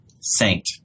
saint